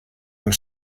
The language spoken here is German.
und